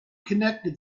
connected